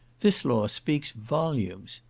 this law speaks volumes.